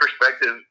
perspective